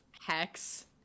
Hex